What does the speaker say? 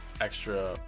extra